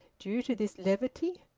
due to this levity.